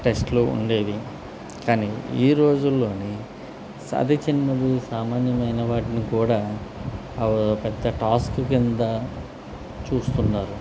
టెస్ట్లు ఉండేవి కానీ ఈ రోజుల్లోని సామాన్యమైన వాటిని కూడా పెద్ద టాస్క్ కింద చూస్తున్నారు